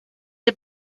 est